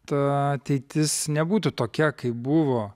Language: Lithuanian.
ta ateitis nebūtų tokia kaip buvo